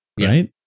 right